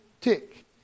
tick